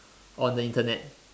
on the Internet